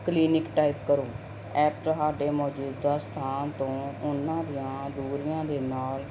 clinic type ਕਰੋ app ਤੁਹਾਡੇ ਮੌਜੂਦਾ ਸਥਾਨ ਤੋਂ ਉਹਨਾਂ ਦੀਆਂ ਦੂਰੀਆਂ ਦੇ ਨਾਲ